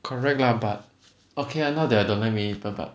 correct lah but okay lah not that I don't like to meet people but